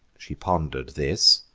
she ponder'd this,